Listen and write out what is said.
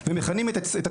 מקבלים הקלות,